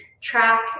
track